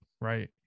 right